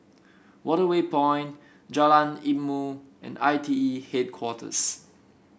Waterway Point Jalan Ilmu and I T E Headquarters